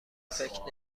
فکر